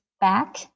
back